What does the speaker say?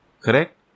correct